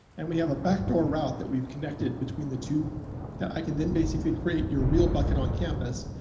and we have a back door route that we've connected between the two that i can then basically create your real bucket on campus.